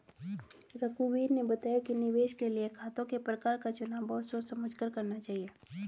रघुवीर ने बताया कि निवेश के लिए खातों के प्रकार का चुनाव बहुत सोच समझ कर करना चाहिए